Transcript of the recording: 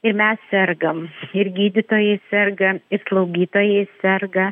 ir mes sergam ir gydytojai serga ir slaugytojai serga